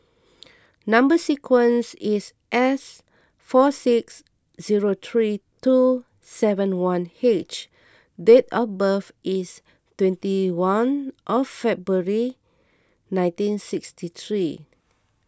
Number Sequence is S four six zero three two seven one H and date of birth is twenty one February nineteen sixty three